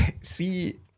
See